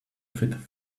fit